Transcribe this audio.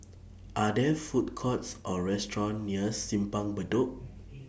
Are There Food Courts Or restaurants near Simpang Bedok